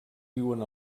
viuen